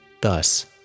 Thus